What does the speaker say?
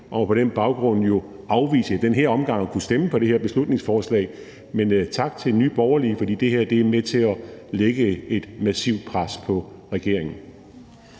På den baggrund afviser vi i den her omgang at kunne stemme for det her beslutningsforslag, men tak til Nye Borgerlige, for det her er med til at lægge et massivt pres på regeringen.